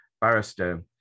barrister